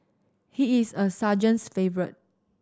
he is a sergeant's favourite